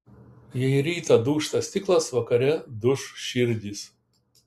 jei rytą dūžta stiklas vakare duš širdys